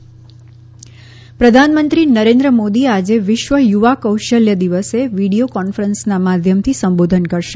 પ્રધાનમંત્રી કૌશલ્ય ભારત પ્રધાનમંત્રી નરેન્દ્ર મોદી આજે વિશ્વ યુવા કૌશલ્ય દિવસે વિડીયો કોન્ફરન્સના માધ્યમથી સંબોધન કરશે